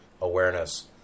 awareness